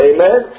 Amen